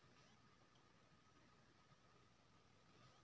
सरसो के हाइब्रिड बीज कोन होय है?